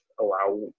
allow